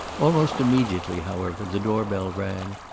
almost immediately, however, the doorbell rang,